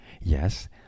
Yes